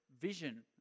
vision